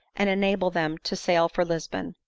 and enable them to sail for lisbon.